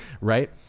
right